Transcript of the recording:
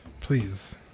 Please